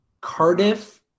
Cardiff